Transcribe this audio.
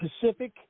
Pacific